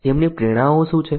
તેમની પ્રેરણાઓ શું છે